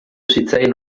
zitzaien